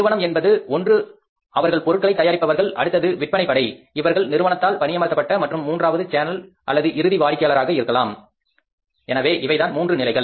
நிறுவனம் என்பது ஒன்று அவர்கள் பொருட்களை தயாரிப்பவர்கள் அடுத்தது விற்பனை படை இவர்கள் நிறுவனத்தால் பணியமர்த்தப்பட்ட மற்றும் மூன்றாவது சேனல் அல்லது இறுதி வாடிக்கையாளராக இருக்கலாம் எனவே இவைதான் மூன்று நிலைகள்